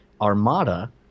Armada